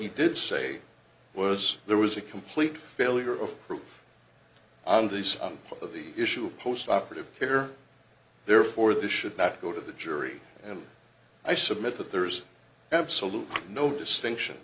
e did say was there was a complete failure of proof on the side of the issue of post operative care therefore this should not go to the jury and i submit that there's absolutely no distinction